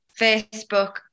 Facebook